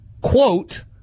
quote